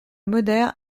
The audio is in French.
moder